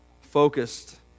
focused